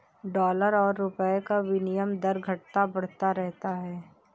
dollar और रूपए का विनियम दर घटता बढ़ता रहता है